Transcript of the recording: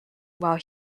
while